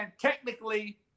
technically